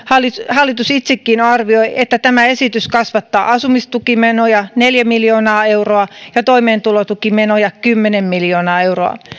hallitus itsekin arvioi että tämä esitys kasvattaa asumistukimenoja neljä miljoonaa euroa ja toimeentulotukimenoja kymmenen miljoonaa euroa